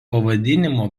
pavadinimo